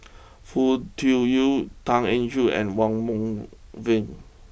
Foo Tui Liew Tan Eng Joo and Wong Meng Voon